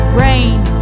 rain